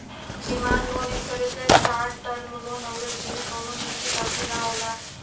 demand loan एक तरे क शार्ट टर्म लोन हउवे जेमे कउनो निश्चित अवधि न होला